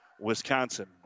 Wisconsin